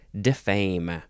defame